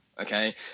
Okay